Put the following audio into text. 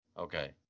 Okay